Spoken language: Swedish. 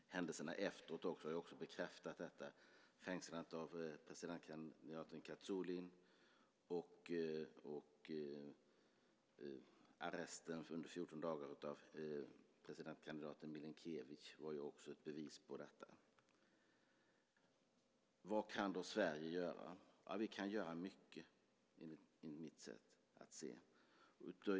Händelserna efteråt - fängslandet av presidentkandidaten Kozulin och arresten under 14 dagar av presidentkandidaten Milinkevitj - har också bekräftat detta. Vad kan då Sverige göra? Vi kan göra mycket, enligt mitt sätt att se.